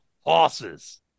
horses